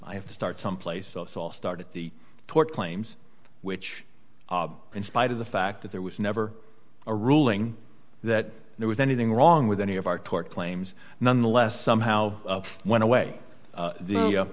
i have to start someplace else i'll start at the tort claims which in spite of the fact that there was never a ruling that there was anything wrong with any of our tort claims nonetheless somehow went away the